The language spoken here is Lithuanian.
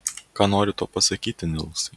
ką nori tuo pasakyti nilsai